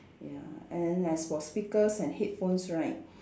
ya and as for speakers and headphones right